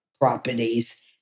properties